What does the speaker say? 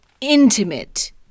intimate